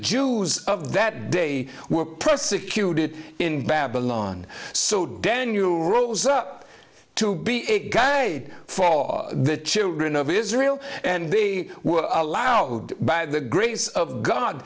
jews of that day were persecuted in babylon so dan you rose up to be a god a fall the children of israel and they were allowed by the grace of god